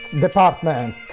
department